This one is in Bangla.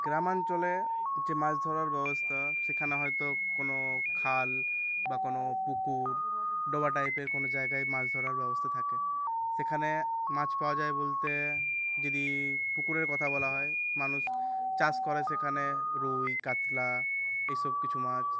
গ্রামাঞ্চলে যে মাছ ধরার ব্যবস্থা সেখানে হয়তো কোনো খাল বা কোনো পুকুর ডোবা টাইপের কোনো জায়গায় মাছ ধরার ব্যবস্থা থাকে সেখানে মাছ পাওয়া যায় বলতে যদি পুকুরের কথা বলা হয় মানুষ চাষ করে সেখানে রুই কাতলা এইসব কিছু মাছ